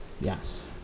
Yes